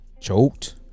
Choked